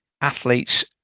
athletes